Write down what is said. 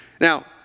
Now